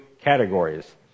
categories